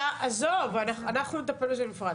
רם בן ברק יו"ר ועדת החוץ והביטחון: לא.